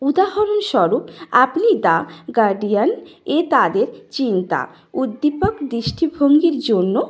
উদাহরণস্বরূপ আপনি the Guardian এ তাদের চিন্তা উদ্দীপক দৃষ্টিভঙ্গীর জন্য